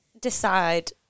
decide